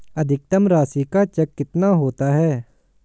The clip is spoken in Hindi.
अधिकतम राशि का चेक कितना होता है?